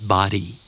Body